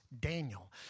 Daniel